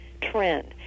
trend